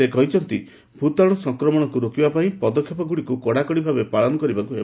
ସେ କହିଛନ୍ତି ଭୂତାଣୁ ସଂକ୍ରମଣକୁ ରୋକିବା ପାଇଁ ପଦକ୍ଷେପଗୁଡ଼ିକୁ କଡ଼ାକଡ଼ି ଭାବେ ପାଳନ କରିବାକୁ ହେବ